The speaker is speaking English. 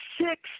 six